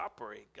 operate